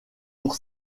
pour